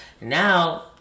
now